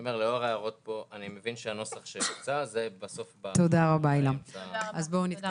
אם הוא לא חלה במחלה שמצריכה דיאליזה או במחלת סרטן כפי